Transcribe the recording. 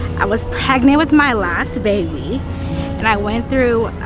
i was pregnant with my last baby and i went through